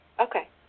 okay